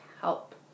help